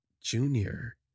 Junior